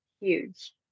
huge